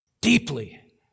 deeply